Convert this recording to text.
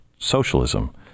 socialism